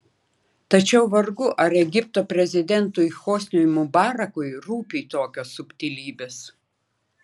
tačiau vargu ar egipto prezidentui hosniui mubarakui rūpi tokios subtilybės